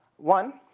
one